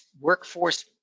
workforce